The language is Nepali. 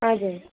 हजुर